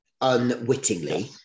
unwittingly